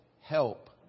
help